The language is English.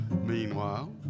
meanwhile